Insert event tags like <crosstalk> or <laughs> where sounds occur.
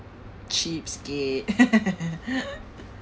cheapskate <laughs>